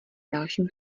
dalším